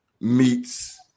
meets